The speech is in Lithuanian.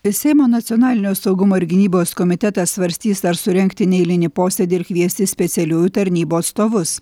seimo nacionalinio saugumo ir gynybos komitetas svarstys ar surengti neeilinį posėdį ir kviesti specialiųjų tarnybų atstovus